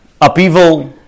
upheaval